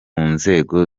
nzego